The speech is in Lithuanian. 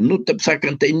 nu taip sakant tai